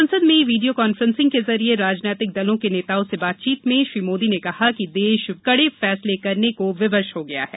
संसद में video conference के जरिये राजनीतिक दलों के नेताओं से बातचीत में श्री मोदी ने कहा कि देश कड़े फैसले करने को विवश हो गया है